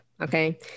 Okay